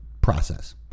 process